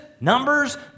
Numbers